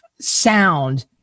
sound